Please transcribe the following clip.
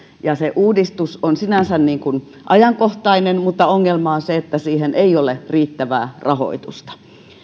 se uudistus on sinänsä ajankohtainen mutta ongelma on se että siihen ei ole riittävää rahoitusta